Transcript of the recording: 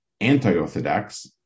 anti-Orthodox